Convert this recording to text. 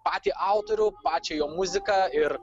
patį autorių pačią jo muziką ir